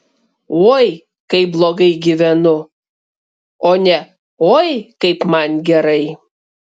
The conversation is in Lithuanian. oi kaip blogai gyvenu o ne oi kaip man gerai